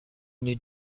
lui